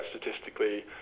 statistically